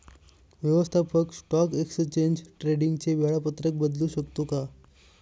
व्यवस्थापक stock exchange ट्रेडिंगचे वेळापत्रक बदलू शकतो का?